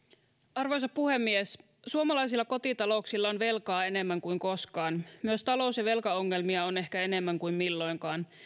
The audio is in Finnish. arvoisa puhemies suomalaisilla kotitalouksilla on velkaa enemmän kuin koskaan myös talous ja velkaongelmia on ehkä enemmän kuin milloinkaan